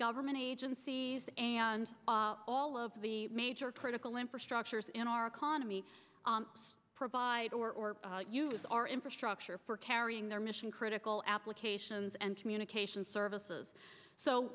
government agencies and all of the major critical infrastructures in our economy provide or use our infrastructure for carrying their mission critical applications and communication services so